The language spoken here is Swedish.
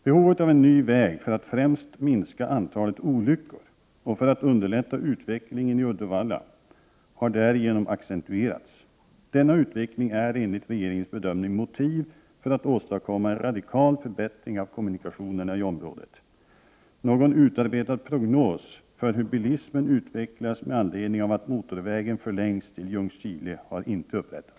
Behovet av en ny väg för att främst minska antalet olyckor och för att underlätta utvecklingen i Uddevalla har därigenom accentuerats. Denna utveckling är enligt regeringens bedömning motiv för att åstadkomma en radikal förbättring av kommunikationerna i området. Någon utarbetad prognos för hur bilismen utvecklas med anledning av att motorvägen förlängs till Ljungskile har inte upprättats.